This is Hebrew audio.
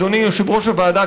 אדוני יושב-ראש הוועדה,